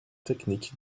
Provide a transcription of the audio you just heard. technique